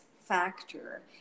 factor